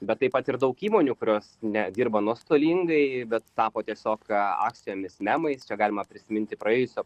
bet taip pat ir daug įmonių kurios nedirbo nuostolingai bet tapo tiesiog akcijomis memais čia galima prisiminti praėjusio